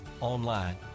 online